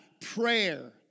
prayer